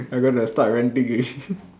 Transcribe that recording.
I gonna start ranting already